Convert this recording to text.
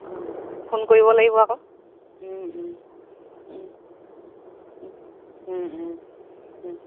অঁ ফোন কৰিব লাগিব আকৌ